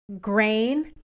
grain